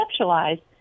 conceptualize